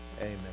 Amen